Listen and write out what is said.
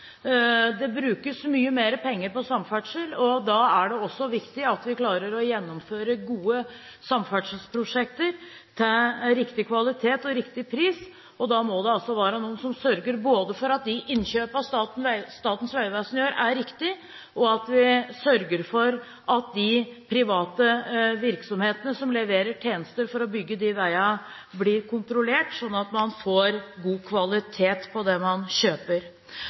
Det brukes mye mer penger på samferdsel, og da er det også viktig at vi klarer å gjennomføre gode samferdselsprosjekter til riktig kvalitet og riktig pris. Da må det være noen som sørger for at både de innkjøpene Statens vegvesen gjør, er riktige, og at de private virksomhetene som leverer tjenester for å bygge veiene, blir kontrollert, slik at man får god kvalitet på det man kjøper.